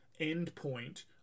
endpoint